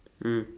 mm